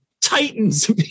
Titans